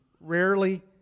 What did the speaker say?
rarely